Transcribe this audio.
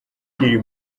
ukiri